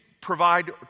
provide